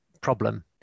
problem